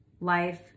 life